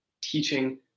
teaching